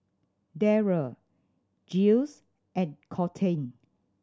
Derald Giles and Colten